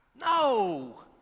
no